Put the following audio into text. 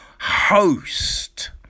Host